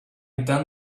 done